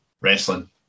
wrestling